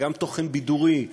וגם תוכן בידורי,